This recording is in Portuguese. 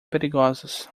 perigosos